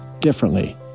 differently